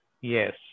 Yes